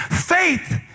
Faith